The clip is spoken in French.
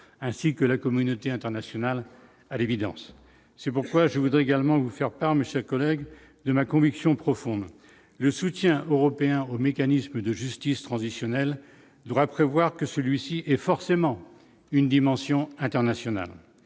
ainsi que la communauté internationale, à l'évidence, c'est pourquoi je voudrais également vous faire peur, monsieur collègue de ma conviction profonde, le soutien européen re mécanisme de justice transitionnelle devra prévoir que celui-ci est forcément une dimension internationale,